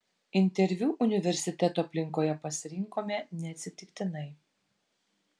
interviu universiteto aplinkoje pasirinkome neatsitiktinai